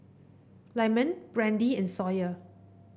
Lyman Brandi and Sawyer